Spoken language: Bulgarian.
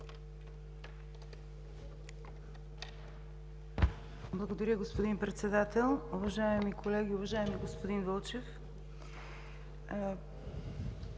Благодаря, господин Председател. Уважаеми колеги, уважаеми господин Вълчев!